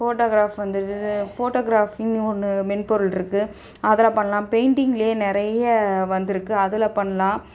photograph வந்துடுச்சி ஃபோட்டோக்ராஃபிங்ன்னு ஒன்று மென்பொருள் இருக்குது அதில் பண்னாலாம் பெயிண்டிங்லேயே நிறைய வந்துருக்குது அதில் பண்ணலாம்